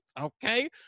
okay